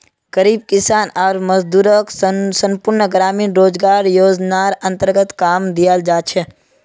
गरीब किसान आर मजदूरक संपूर्ण ग्रामीण रोजगार योजनार अन्तर्गत काम दियाल जा छेक